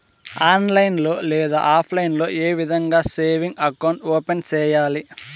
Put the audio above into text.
online లో లేదా offline లో ఏ విధంగా సేవింగ్ అకౌంట్ ఓపెన్ సేయాలి